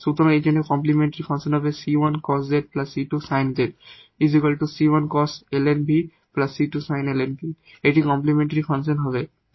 সুতরাং এর জন্য কমপ্লিমেন্টরি ফাংশন হবে এটি কমপ্লিমেন্টরি ফাংশন হবে